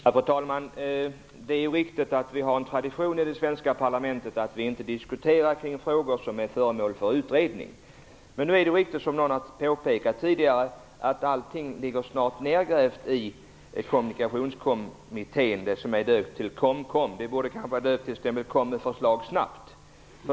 Fru talman! Det är riktigt att vi en tradition i det svenska parlamentet att inte diskutera frågor som är föremål för utredning. Men det är också riktigt, som någon påpekade tidigare, att allting ligger snart nergrävt i Kommunikationskommittén, den som är döpt till Komkom. Den borde kanske ha döpts till Kom med förslag snabbt.